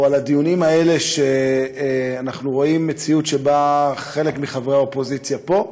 או הדיונים האלה שבהם אנחנו רואים מציאות שבה חלק מחברי האופוזיציה פה,